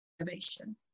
innovation